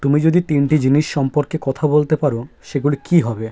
তুমি যদি তিনটি জিনিস সম্পর্কে কথা বলতে পারো সেগুলি কী হবে